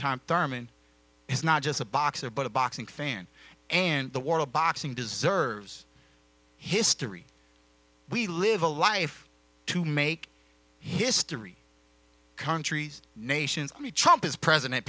time thurman is not just a boxer but a boxing fan and the war of boxing deserves history we live a life to make history countries nations me trump is president